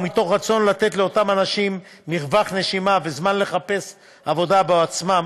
ומתוך רצון לתת לאותם אנשים מרווח נשימה וזמן לחפש עבודה בעצמם,